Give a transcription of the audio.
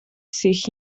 sich